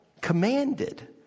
commanded